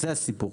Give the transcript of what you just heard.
זה הסיפור.